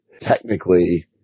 technically